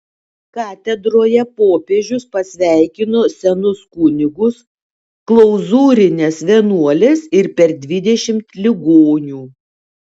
katedroje popiežius pasveikino senus kunigus klauzūrines vienuoles ir per dvidešimt ligonių